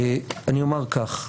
אני אומר כך.